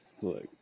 Look